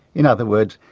in other words,